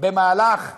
במהלך הזמן,